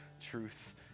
truth